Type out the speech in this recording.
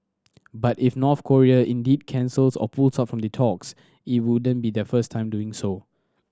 but if North Korea indeed cancels or pull out from the talks it wouldn't be their first time doing so